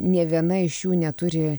nė viena iš jų neturi